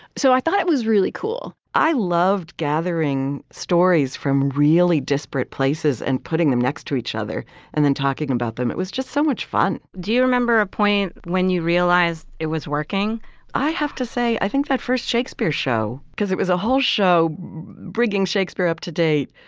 so i thought it was really cool i loved gathering stories from really disparate places and putting them next to each other and then talking about them. it was just so much fun. do you remember a point when you realized it was working? i have to say, i think that first shakespeare show, because it was a whole show bringing shakespeare up to date.